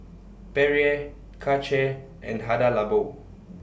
Perrier Karcher and Hada Labo